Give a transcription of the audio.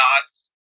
dogs